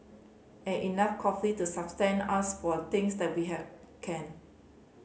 and enough coffee to sustain us for the things that we have can